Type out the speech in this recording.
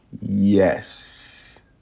yes